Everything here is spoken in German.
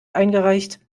eingereicht